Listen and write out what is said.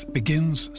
begins